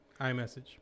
iMessage